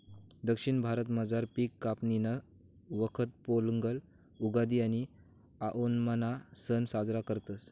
दक्षिण भारतामझार पिक कापणीना वखत पोंगल, उगादि आणि आओणमना सण साजरा करतस